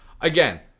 Again